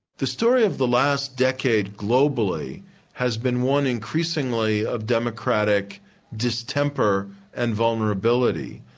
the story of the last decade globally has been one increasingly of democratic distemper and vulnerability.